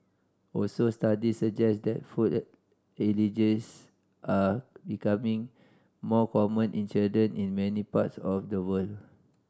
also studies suggest that food allergies are becoming more common in children in many parts of the world